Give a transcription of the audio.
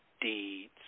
deeds